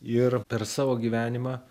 ir per savo gyvenimą